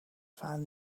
find